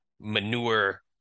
manure